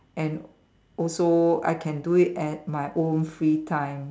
and also I can do it at my own free time